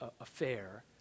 affair